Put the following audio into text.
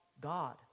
God